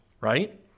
right